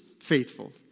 faithful